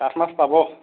কাঠ মাছ পাব